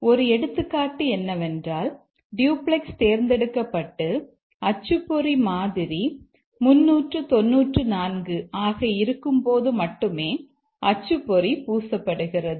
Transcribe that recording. ஒரு எடுத்துக்காட்டு என்னவென்றால் டூப்ளக்ஸ் தேர்ந்தெடுக்கப்பட்டு அச்சுப்பொறி மாதிரி 394 ஆக இருக்கும்போது மட்டுமே அச்சுப்பொறி பூசப்படுகிறது